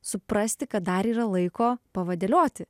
suprasti kad dar yra laiko pavadėlioti